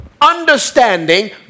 understanding